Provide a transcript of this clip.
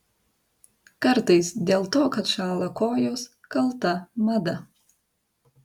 kartais dėl to kad šąla kojos kalta mada